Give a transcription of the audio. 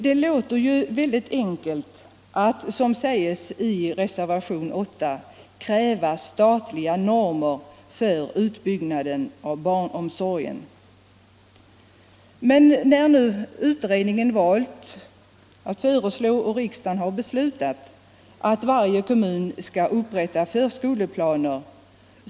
Det är enkelt att som man gör i reservation 4 kräva statliga normer för utbyggnaden av barnomsorgen. Men utredningen valde att föreslå och riksdagen beslutade att varje kommun skall upprätta förskoleplaner.